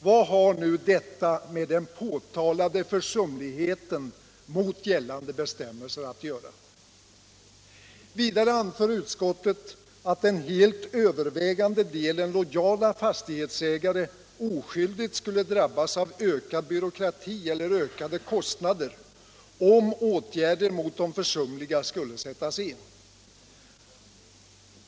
Vad har nu detta med den påtalade försumligheten mot gällande bestämmelser att göra? Vidare anför utskottet att den helt övervägande delen lojala fastighetsägare oskyldigt skulle drabbas av ökad byråkrati eller ökade kostnader om åtgärder mot de försumliga skulle sättas in.